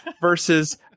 versus